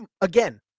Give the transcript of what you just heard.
again